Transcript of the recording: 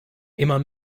immer